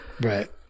Right